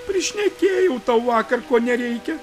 prišnekėjau tau vakar ko nereikia